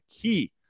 key